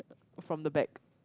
from the back